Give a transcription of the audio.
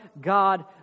God